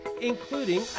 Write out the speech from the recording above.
including